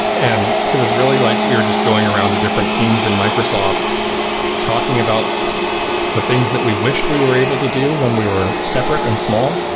and it was really like we're just going around to different teams in microsoft talking about the things that we wished we were able to do when we were separate and small,